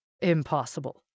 impossible